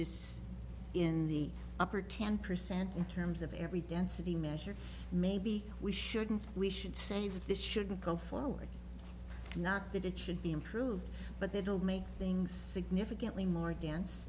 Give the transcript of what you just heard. is in the upper ten percent in terms of every density measure maybe we shouldn't we should say that this should go forward not that it should be improved but they don't make things significantly more dance